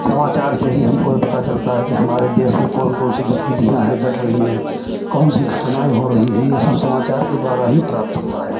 समाचार से ही हमको पता चलता है कि हमारे देश में कौन कौन सी गतिविधियाँ हैं घट रही हैं कौन सी घटनाएँ हो रही हैं यह सब समाचार के द्वारा ही प्राप्त होता है